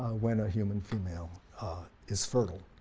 when a human female is fertile.